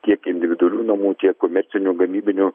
tiek individualių namų tiek komercinių gamybinių